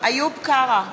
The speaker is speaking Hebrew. איוב קרא,